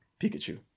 Pikachu